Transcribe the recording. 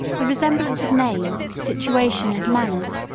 the resemblance of name, situation, and manners,